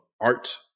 art